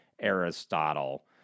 Aristotle